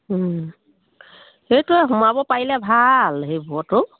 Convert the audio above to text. সেইটোৱে সোমাব পাৰিলে ভাল সেইবোৰতো